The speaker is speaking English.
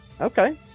Okay